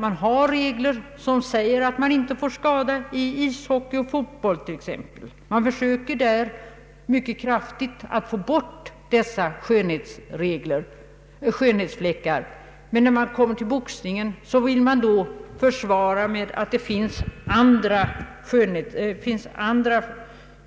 Man har inom t.ex. ishockey och fotboll regler som säger att man inte får skada någon, och man gör kraftiga ansträngningar för att få bort sådana skönhetsfläckar. Men när man kommer till boxningen vill man försvara den med att det inom andra